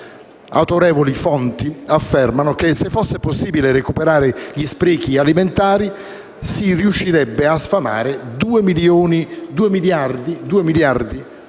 Autorevoli fonti affermano che, se fosse possibile recuperare gli sprechi alimentari, si riuscirebbero a sfamare circa 2 miliardi di persone